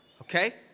Okay